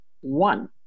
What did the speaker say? One